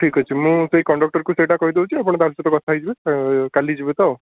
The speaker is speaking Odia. ଠିକ୍ ଅଛି ମୁଁ ସେଇ କଣ୍ଡକ୍ଟର୍କୁ ସେଇଟା କହିଦେଉଛି ଆପଣ ତାଙ୍କ ସହିତ କଥା ହେଇଯିବେ କାଲି ଯିବେ ତ